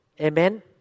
Amen